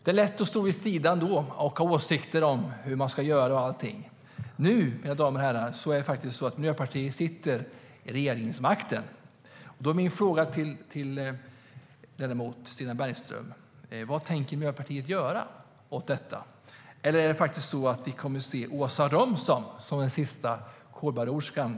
Det är lätt att stå vid sidan av och ha åsikter om hur man ska göra. Nu, mina damer och herrar, är det faktiskt så att Miljöpartiet sitter vid regeringsmakten. Då är min fråga till ledamoten Stina Bergström: Vad tänker Miljöpartiet göra åt detta? Eller kommer vi att se Åsa Romson som den sista kolbaronen i Sverige?